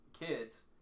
kids